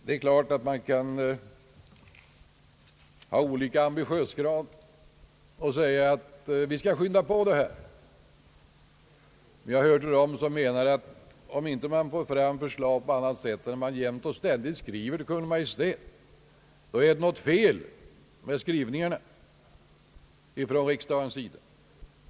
Det är klart att man kan ha olika ambitionsgrad och säga att vi bör skynda på detta. Men jag anser att om man inte får fram förslag på annat sätt än genom att jämt och ständigt skriva till Kungl. Maj:t, då är det något fel med dessa skrivelser från riksdagens sida.